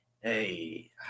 Hey